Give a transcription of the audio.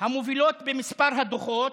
המובילות במספר הדוחות,